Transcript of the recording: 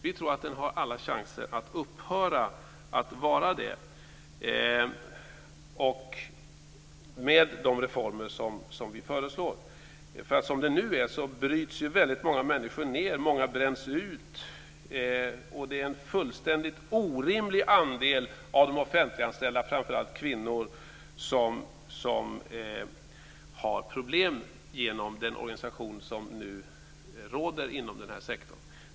Vi tror att den har alla chanser att upphöra att vara det med de reformer vi föreslår. Som det nu är bryts många människor ned. Många bränns ut och det är en fullständigt orimlig andel av de offentliganställda, framför allt kvinnor, som har problem genom den organisation som nu råder inom den här sektorn.